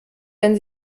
wenn